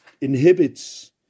inhibits